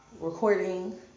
Recording